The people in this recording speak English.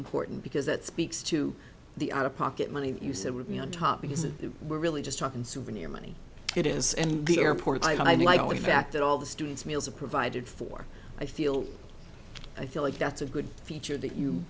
important because that speaks to the out of pocket money you said would be on top because it really just talking souvenir money it is the airport i'd like going back to all the students meals are provided for i feel i feel like that's a good feature that you